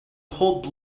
cold